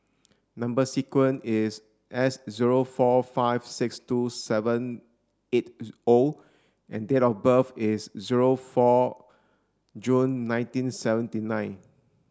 number sequence is S zero four five six two seven eight O and date of birth is zero four June nineteen seventy nine